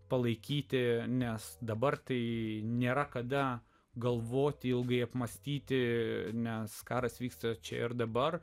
palaikyti nes dabar tai nėra kada galvoti ilgai apmąstyti nes karas vyksta čia ir dabar